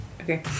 Okay